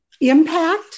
impact